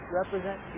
represent